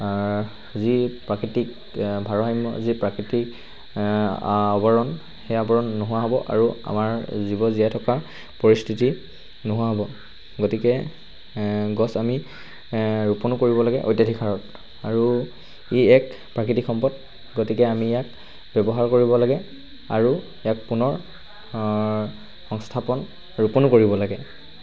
যি প্ৰাকৃতিক ভাৰাসাম্য যি প্ৰাকৃতিক আৱৰণ সেই আৱৰণ নোহোৱা হ'ব আৰু আমাৰ জীৱ জীয়াই থকা পৰিস্থিতি নোহোৱা হ'ব গতিকে গছ আমি ৰোপনো কৰিব লাগে অত্যাধিক হাৰত আৰু ই এক প্ৰাকৃতিক সম্পদ গতিকে আমি ইয়াক ব্যৱহাৰ কৰিব লাগে আৰু ইয়াক পুনৰ সংস্থাপন ৰোপনো কৰিব লাগে